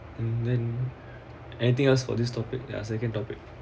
and then anything else for this topic ya second topic